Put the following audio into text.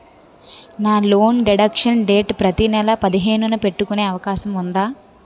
నా loan deduction date ప్రతి నెల పదిహేను న పెట్టుకునే అవకాశం ఉందా?